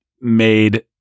made